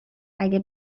اگه